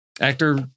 Actor